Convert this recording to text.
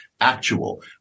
actual